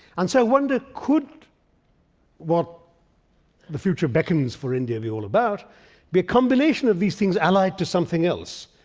and so i wondered, could what the future beckons for india to be all about be a combination of these things allied to something else,